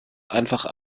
einfach